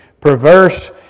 perverse